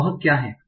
तो वह क्या है